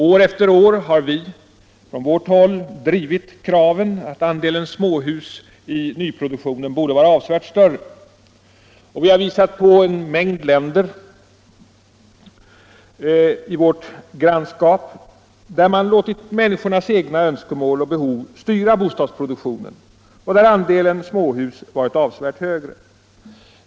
År efter år har vi från vårt håll drivit kravet att andelen småhus i nyproduktionen borde vara avsevärt större. Vi har visat på ett stort antal länder i vårt grannskap där man har låtit människornas egna önskemål och behov styra bostadsproduktionen och där andelen småhus har varit avsevärt större.